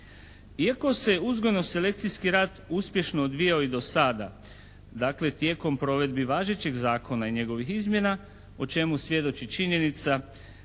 Iako se uzgojno-selekcijski rad uspješno odvijao i do sada, dakle, tijekom provedbi važećeg zakona i njegovih izmjena o čemu svjedoči činjenica